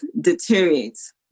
deteriorates